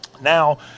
Now